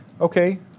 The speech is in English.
Okay